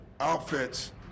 outfits